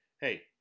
hey